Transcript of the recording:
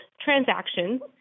transactions